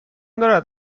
دارد